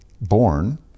born